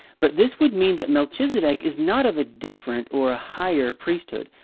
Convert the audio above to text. but this would mean that melchizedek is not of a different, or a higher, priesthood.